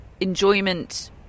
enjoyment